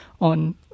on